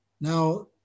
Now